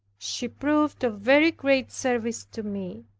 she proved of very great service to me.